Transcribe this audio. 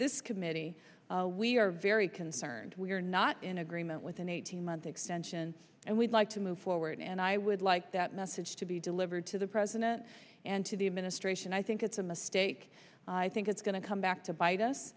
this committee we are very concerned we are not in agreement with an eighteen month extension and we'd like to move forward and i would like that message to be delivered to the president and to the administration i think it's a mistake i think it's going to come back to bite us